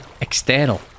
external